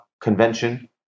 convention